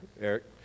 Eric